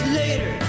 later